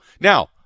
Now